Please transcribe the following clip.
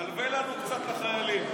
תלווה לנו קצת לחיילים.